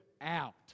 out